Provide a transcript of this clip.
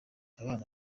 abana